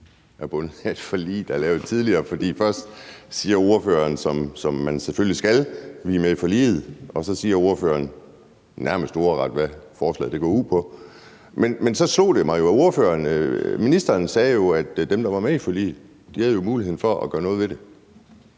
er bundet af et forlig, der er lavet tidligere. For først siger ordføreren, som man selvfølgelig skal: Vi er med i forliget. Og så siger ordføreren nærmest ordret, hvad forslaget går ud på. Men så slog det mig, at ministeren sagde, at dem, der var med i forliget, jo havde muligheden for at gøre noget ved det.